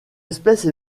espèce